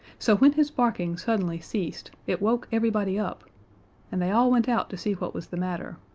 so when his barking suddenly ceased it woke everybody up and they all went out to see what was the matter.